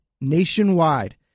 nationwide